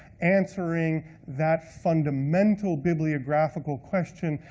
answering that fundamental bibliographical question,